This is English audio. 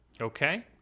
Okay